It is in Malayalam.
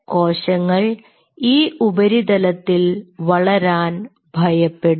കോശങ്ങൾ ഈ ഉപരിതലത്തിൽ വളരാൻ ഭയപ്പെടും